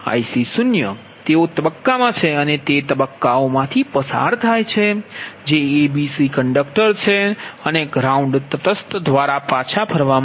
Ia0Ib0Ic0તેઓ તબક્કામાં છે અને તે તબક્કાઓ માંથી પસાર થાય છે જે a b c કંડક્ટર છે અને ગ્રાઉન્ડ તટસ્થ દ્વારા પાછા ફરવા માટે